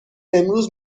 امروز